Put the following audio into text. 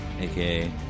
aka